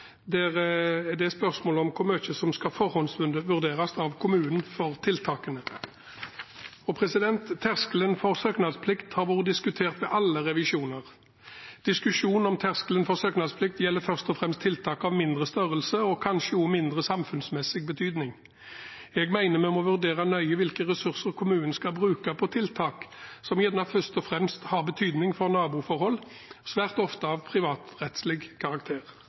der det er spørsmål om hvor mye som skal forhåndsvurderes av kommunen for tiltakene. Terskelen for søknadsplikt har vært diskutert ved alle revisjoner. Diskusjonen om terskelen for søknadsplikt gjelder først og fremst tiltak av mindre størrelse og kanskje også mindre samfunnsmessig betydning. Jeg mener vi må vurdere nøye hvilke ressurser kommunen skal bruke på tiltak som gjerne først og fremst har betydning for naboforhold, svært ofte av privatrettslig karakter.